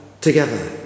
together